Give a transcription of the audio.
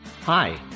Hi